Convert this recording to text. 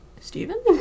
steven